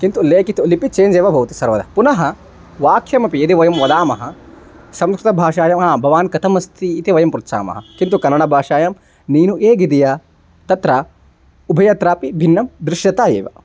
किन्तु लेखितुं लिपिः चेञ्ज् एव भवति सर्वदा पुनः वाक्यमपि यदि वयं वदामः संस्कृतभाषायां हा भवान् कथमस्ति इति वयं पृच्छामः किन्तु कन्नडभाषायां नीनु एगिदिय तत्र उभयत्रापि भिन्नं दृश्यते एव